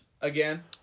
again